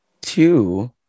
Two –